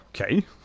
Okay